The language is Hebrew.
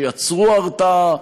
שיצרו הרתעה.